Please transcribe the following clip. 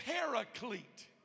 paraclete